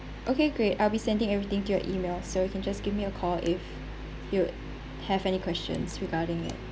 okay great I'll be sending everything to your email so you can just give me a call if you have any questions regarding it